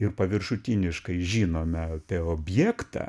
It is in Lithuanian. ir paviršutiniškai žinome apie objektą